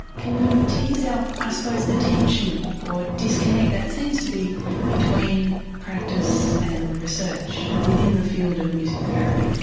can you tease out, i suppose, the tension or disconnect that seems to be between practice and research within the field of music therapy?